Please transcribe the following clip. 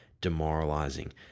demoralizing